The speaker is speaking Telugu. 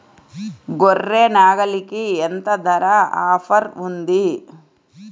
గొర్రె, నాగలికి ఎంత ధర ఆఫర్ ఉంది?